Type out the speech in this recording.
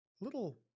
little